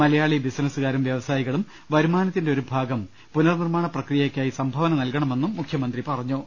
മലയാളി ബിസിന സ്സുകാരും വ്യവസായികളും വരുമാനത്തിന്റെ ഒരു ഭാഗം പുനർനിർമ്മാണ പ്രക്രിയ യ്ക്കായി സംഭാവന നൽകണമെന്ന് മുഖ്യമന്ത്രി അഭ്യർത്ഥിച്ചു